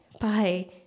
bye